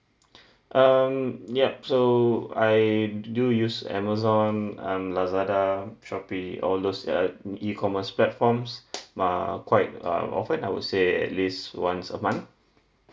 um yup so I do use Amazon um Lazada Shopee all those uh E commerce platforms err quite uh often I would say at least once a month